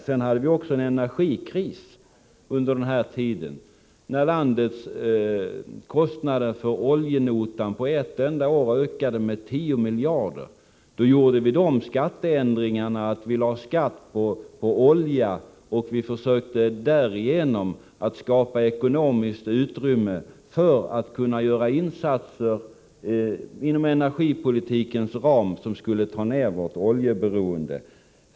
Under denna tid uppstod också en energikris, då landets kostnader för oljenotan på ett enda år ökade med 10 miljarder kronor. Vi genomförde då den ändringen att vi lade skatt på oljan och försökte därigenom skapa ekonomiskt utrymme för att kunna göra insatser inom energipolitikens ram som skulle minska vårt oljeberoende.